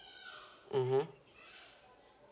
mmhmm